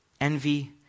Envy